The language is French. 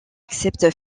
accepte